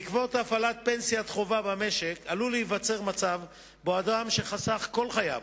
בעקבות הפעלת פנסיה חובה במשק עלול להיווצר מצב שבו אדם שחסך כל חייו